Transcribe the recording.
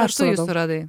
ar suradai